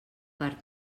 per